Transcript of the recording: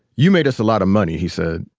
you made us a lot of money, he said